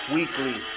Weekly